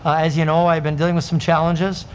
as you know, i've been dealing with some challenges.